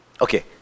Okay